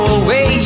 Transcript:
away